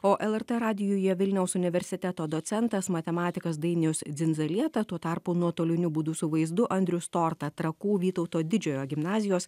o lrt radijuje vilniaus universiteto docentas matematikas dainius dzindzalieta tuo tarpu nuotoliniu būdu su vaizdu andrius storta trakų vytauto didžiojo gimnazijos